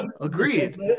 Agreed